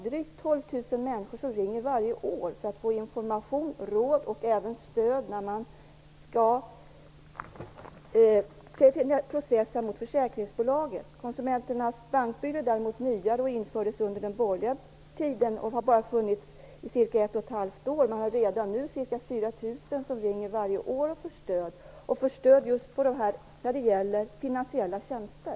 Drygt 12 000 människor ringer varje år för att få information, råd och även stöd när de t.ex. skall processa mot ett försäkringsbolag. Konsumenternas Bankbyrå är däremot nyare och infördes under den borgerliga tiden. Den har bara funnits i cirka ett och ett halvt år, men redan nu ringer 4 000 personer om året för att få stöd när det gäller just finansiella tjänster.